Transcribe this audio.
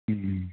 अँ